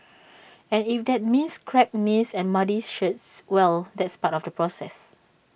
and if that means scraped knees and muddy shirts well that's part of the process